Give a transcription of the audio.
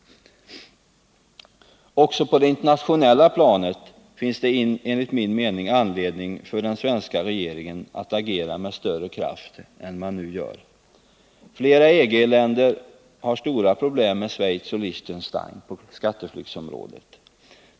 Också på det internationella planet finns det enligt min mening anledning för den svenska regeringen att agera med större kraft än den nu gör. Flera EG-länder har stora problem med Schweiz och Liechtenstein på skatteflyktsområdet.